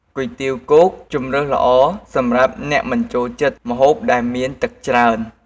គុយទាវគោកជម្រើសល្អ សម្រាប់អ្នកមិនចូលចិត្តម្ហូបដែលមានទឹកច្រើន។